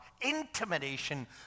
intimidation